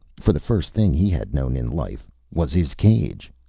for the first thing he had known in life was his cage.